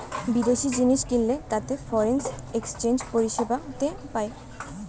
বিদেশি জিনিস কিনলে তাতে ফরেন এক্সচেঞ্জ পরিষেবাতে পায়